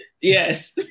yes